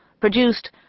produced